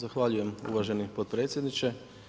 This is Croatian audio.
Zahvaljujem uvaženi potpredsjedniče.